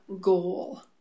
goal